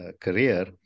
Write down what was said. career